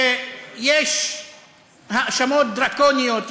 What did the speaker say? שיש האשמות דרקוניות,